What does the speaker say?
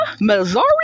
Missouri